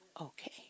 okay